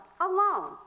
alone